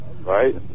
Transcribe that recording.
right